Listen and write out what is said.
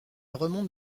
remonte